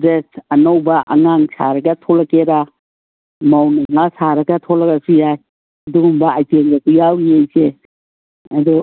dress ꯑꯅꯧꯕ ꯑꯉꯥꯡ ꯁꯥꯔꯒ ꯊꯣꯂꯛꯀꯦꯔꯥ ꯃꯧ ꯃꯃꯥ ꯁꯥꯔꯒ ꯊꯣꯂꯛꯑꯁꯨ ꯌꯥꯏ ꯑꯗꯨꯒꯨꯝꯕ ꯑꯥꯏꯇꯦꯝꯒꯁꯨ ꯌꯥꯎꯔꯤꯌꯦ ꯏꯆꯦ ꯑꯗꯣ